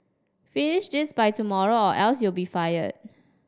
finish this by tomorrow or else you'll be fired